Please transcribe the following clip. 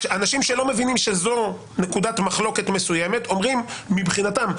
אנשים שלא מבינים שזו נקודת מחלוקת מסוימת אומרים מבחינתם,